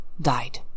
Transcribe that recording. died